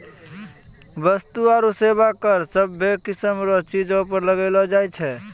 वस्तु आरू सेवा कर सभ्भे किसीम रो चीजो पर लगैलो जाय छै